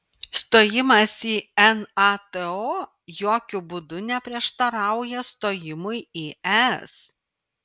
stojimas į nato jokiu būdu neprieštarauja stojimui į es